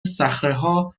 صخرهها